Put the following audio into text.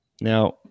Now